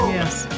Yes